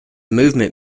movement